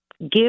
give